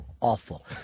Awful